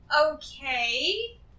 Okay